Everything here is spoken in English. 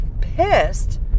pissed